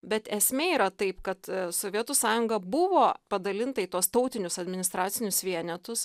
bet esmė yra taip kad sovietų sąjunga buvo padalinta į tuos tautinius administracinius vienetus